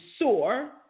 soar